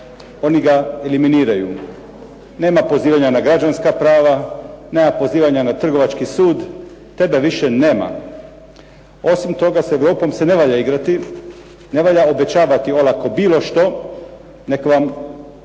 oni ga eliminiraju. Nema pozivanja na građanska prava, nema pozivana na trgovački sud. Tebe više nema. Osim toga s Europom se ne valja igrati, ne valja obećavati olako bilo što. Neka vam naši